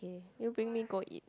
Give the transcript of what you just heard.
you bring me go eat